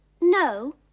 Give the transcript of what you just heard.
No